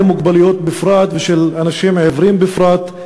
מוגבלות בכלל ושל אנשים עיוורים בפרט,